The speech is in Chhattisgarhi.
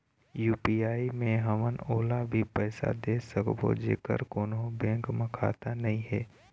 यू.पी.आई मे हमन ओला भी पैसा दे सकबो जेकर कोन्हो बैंक म खाता नई हे?